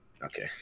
Okay